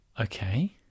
Okay